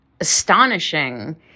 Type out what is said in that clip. astonishing